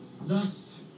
thus